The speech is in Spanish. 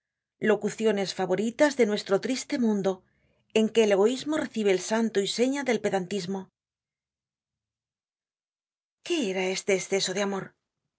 locuciones favoritas de nuestro triste mundo en que el egoismo recibe el santo y seña del peda qué era este esceso de amor